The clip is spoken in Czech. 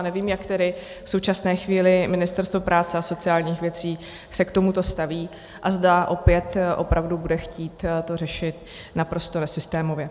Nevím, jak tedy v současné chvíli Ministerstvo práce a sociálních věcí se k tomuto staví a zda opět opravdu bude chtít to řešit naprosto nesystémově.